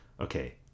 okay